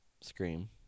scream